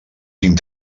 tinc